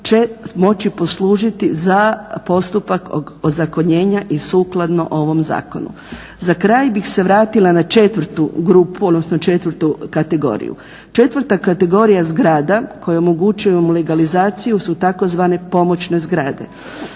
moći poslužiti za postupa ozakonjenja i sukladno ovom zakonu. Za kraj bih se vratila na četvrtu grupu, odnosno četvrtu kategoriju. Četvrta kategorija zgrada kojima omogućujemo legalizaciju su tzv. pomoćne zgrade.